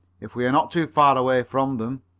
if we are not too far away from them.